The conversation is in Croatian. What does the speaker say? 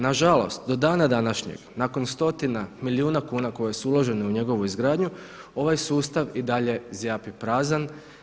Nažalost do dana današnjeg nakon stotina milijuna kuna koje su uložene u njegovu izgradnju ovaj sustav i dalje zjapi prazan.